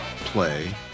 play